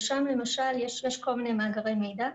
ושם יש כל מיני מאגרי מידע.